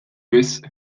wisq